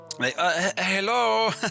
Hello